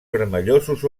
vermellosos